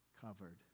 covered